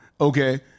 Okay